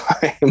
time